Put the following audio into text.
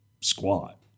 squat